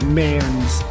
man's